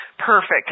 Perfect